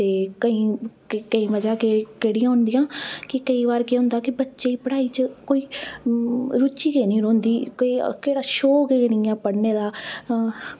केईं बजह केह्ड़ियां होंदियां की केईं बारी बच्चे गी कोई पढ़ाई च रुचि गै निं रौहंदी की केह्ड़ा शौक गै निं ऐ पढ़ने दा